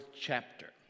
chapter